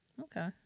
Okay